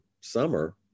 summer